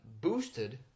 boosted